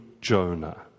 Jonah